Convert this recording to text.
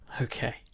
okay